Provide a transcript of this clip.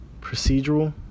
procedural